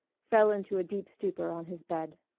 fell into a deep stupor on his bed.